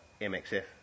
MXF